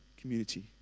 community